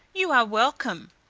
you are welcome.